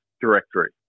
directory